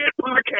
podcast